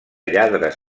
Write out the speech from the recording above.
lladres